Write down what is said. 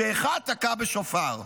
כשאחד תקע בשופר."